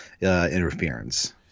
interference